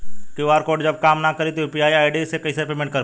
QR code जब काम ना करी त यू.पी.आई आई.डी से कइसे पेमेंट कर पाएम?